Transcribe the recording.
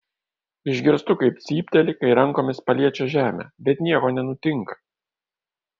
išgirstu kaip cypteli kai rankomis paliečia žemę bet nieko nenutinka